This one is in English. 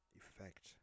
effect